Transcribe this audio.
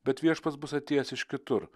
bet viešpats bus atėjęs iš kitur